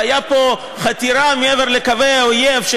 והייתה פה חתירה מעבר לקווי האויב של